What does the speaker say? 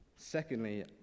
secondly